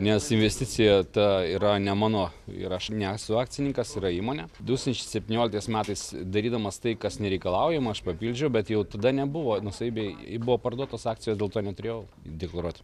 nes investicija ta yra ne mano ir aš nesu akcininkas yra įmonė du tūkstančiai septynioliktais metais darydamas tai kas nereikalaujama aš papildžiau bet jau tada nebuvo nuosavybėj buvo parduotos akcijos dėl to neturėjau deklaruot